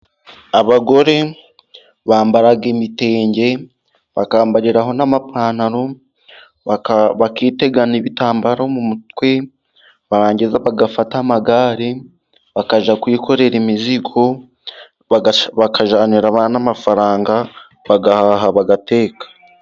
Abagore bambara ibitenge bakambariraho n'amapantaro, bakitega ibitambaro mu mutwe, barangiza bagafata amagare, bakajya kwikorera imizigo bakajyanira abana amafaranga bagahaha bagateka.